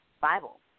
Bible